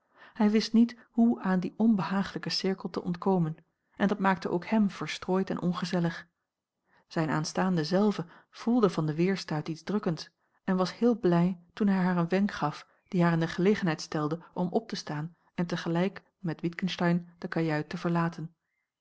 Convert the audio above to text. hij wist niet hoe aan dien onbehagelijken cirkel te ontkomen en dat maakte ook hem verstrooid en ongezellig zijne aanstaande zelve voelde van den weerstuit iets drukkends en was heel blij toen hij haar een wenk gaf die haar in de gelegenheid stelde om op te staan en tegelijk met witgensteyn de kajuit te verlaten